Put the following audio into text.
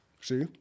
see